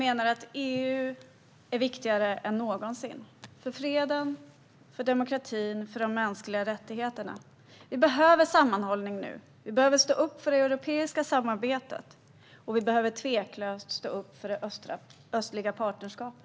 EU är viktigare än någonsin - för freden, för demokratin och för de mänskliga rättigheterna. Vi behöver sammanhållning nu. Vi behöver stå upp för det europeiska samarbetet. Vi behöver tveklöst stå upp för det östliga partnerskapet.